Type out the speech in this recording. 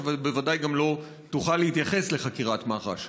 ובוודאי גם לא תוכל להתייחס לחקירת מח"ש,